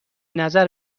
نظر